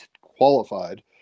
qualified